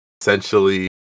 essentially